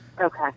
Okay